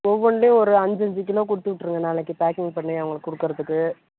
ஒவ்வொன்லேயும் ஒரு அஞ்சு அஞ்சு கிலோ கொடுத்து விட்ருங்க நாளைக்கு பேக்கிங் பண்ணி அவங்களுக்கு கொடுக்கறதுக்கு